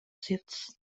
seats